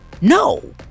No